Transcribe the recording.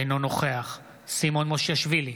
אינו נוכח סימון מושיאשוילי,